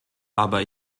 aber